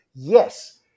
Yes